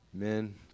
amen